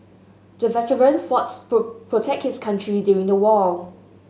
the veteran fought to protect his country during the war